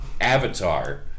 Avatar